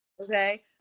Okay